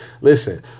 Listen